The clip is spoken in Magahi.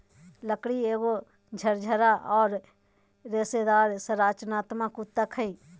लकड़ी एगो झरझरा औरर रेशेदार संरचनात्मक ऊतक हइ